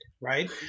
Right